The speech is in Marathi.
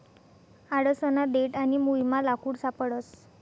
आडसना देठ आणि मुयमा लाकूड सापडस